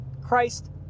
Christ